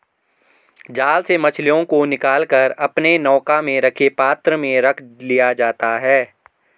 जाल से मछलियों को निकाल कर अपने नौका में रखे पात्र में रख लिया जाता है